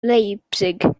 leipzig